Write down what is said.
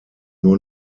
nur